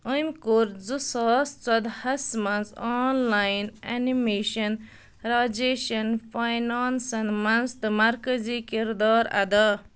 أمۍ کوٚر زٕ ساس ژۄدہس منٛز آن لایِن اٮ۪نِمیشَن راجیشَن فاینانسَن منٛز تہٕ مرکٔزی کِردار ادا